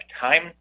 time